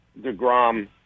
Degrom